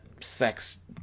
Sex